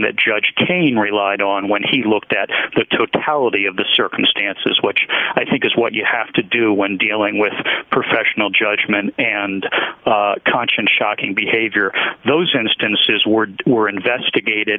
that judge kane relied on when he looked at the totality of the circumstances which i think is what you have to do when dealing with professional judgment and conscience shocking behavior those instances ward were investigated